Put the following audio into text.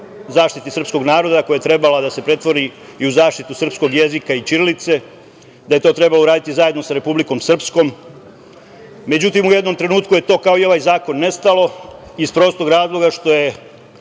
zaštiti srpskog naroda, koja je trebala da se pretvori i u zaštitu srpskog jezika i ćirilice, da je to trebalo uraditi zajedno sa Republikom Srpskom, međutim, u jednom trenutku je to, kao i ovaj zakon, nestalo, iz prostog razloga što je